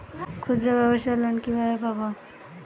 ক্ষুদ্রব্যাবসার লোন কিভাবে পাব?